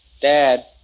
Dad